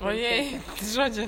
ojei žodžiu